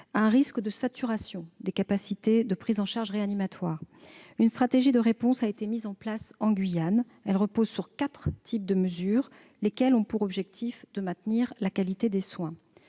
au risque de saturation des capacités de prise en charge réanimatoire, une stratégie de réponse a été mise en place en Guyane. Elle repose sur quatre types de mesures et a pour objectif de maintenir la qualité des soins.